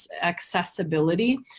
accessibility